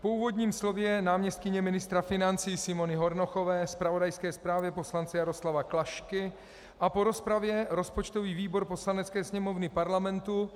Po úvodním slově náměstkyně ministra financí Simony Hornochové, zpravodajské zprávě poslance Jaroslava Klašky a po rozpravě rozpočtový výbor Poslanecké sněmovny Parlamentu: